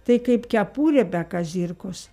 tai kaip kepurė be kazirkos